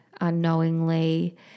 unknowingly